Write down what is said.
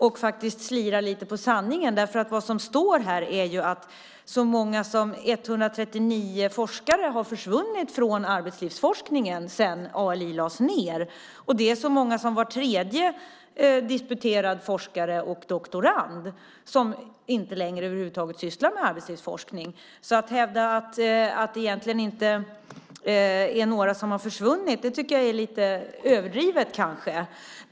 Han slirar också lite på sanningen. Vad som står här är att så många som 139 forskare har försvunnit från arbetslivsforskningen sedan ALI lades ned. Det är så många som var tredje disputerad forskare och doktorand som över huvud taget inte längre sysslar med arbetslivsforskning. Att hävda att det egentligen inte är några som har försvunnit är lite överdrivet.